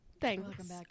Thanks